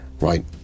right